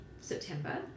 September